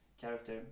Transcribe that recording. character